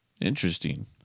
Interesting